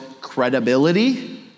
credibility